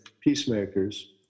Peacemakers